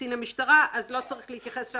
קצין המשטרה, אז לא צריך להתייחס גם